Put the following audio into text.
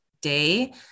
day